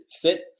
fit